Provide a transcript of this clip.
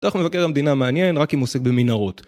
דו"ח מבקר המדינה מעניין רק אם הוא עוסק במנהרות